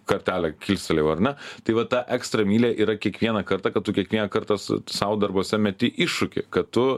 kartelę kilstelėjau ar na tai va ta ekstra mylia yra kiekvieną kartą kad tu kiekvieną kartą s sau darbuose meti iššūkį kad tu